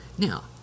Now